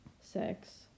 sex